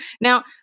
now